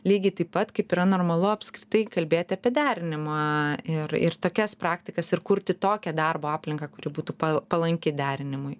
lygiai taip pat kaip yra normalu apskritai kalbėti apie derinimą ir ir tokias praktikas ir kurti tokią darbo aplinką kuri būtų palanki derinimui